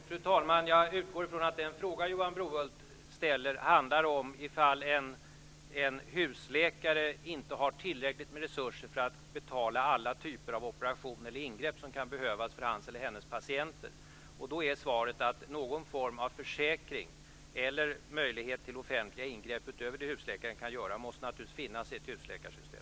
Fru talman! Jag utgår ifrån att den fråga som Johan Brohult ställde handlar om ifall en husläkare inte har tillräckligt med resurser för att betala alla typer av operationer eller ingrepp som kan behövas för hans eller hennes patienter. Då är svaret att någon form av försäkring eller möjlighet till offentliga ingrepp utöver det som en husläkare kan göra måste naturligtvis finnas i ett husläkarsystem.